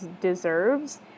deserves